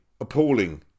Appalling